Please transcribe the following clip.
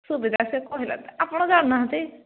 ସୁବିଧା ସେ କଲା ଆପଣ ଜାଣିନାହାନ୍ତି